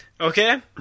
...okay